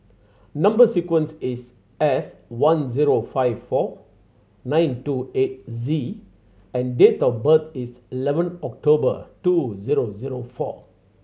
number sequence is S one zero five four nine two eight Z and date of birth is eleven October two zero zero four